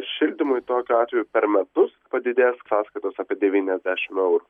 šildymui tokiu atveju per metus padidės sąskaitos apie devyniasdešim eurų